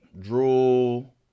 drool